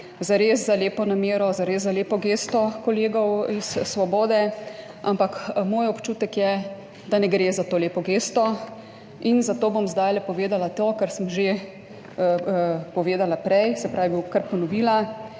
zares za lepo namero, zares za lepo gesto kolegov iz Svobode. Ampak moj občutek je, da ne gre za to lepo gesto. In zato bom zdaj povedala to, kar sem že povedala prej, se pravi, bom kar ponovila.